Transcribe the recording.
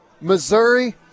Missouri